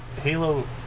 halo